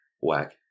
Whack